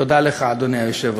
תודה לך, אדוני היושב-ראש.